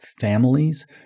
families